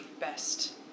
best